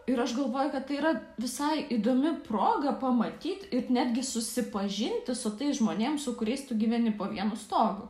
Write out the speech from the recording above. ir aš galvoju kad tai yra visai įdomi proga pamatyt ir netgi susipažinti su tais žmonėm su kuriais tu gyveni po vienu stogu